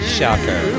Shocker